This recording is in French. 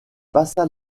passa